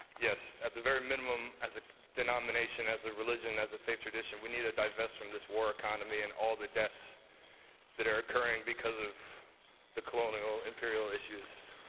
yes, at the very minimum, as a denomination, as a religion, as a faith tradition, we need to divest from this war economy and all the deaths that are occurring because of the colonial imperial issues